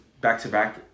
back-to-back